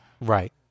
Right